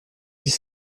dix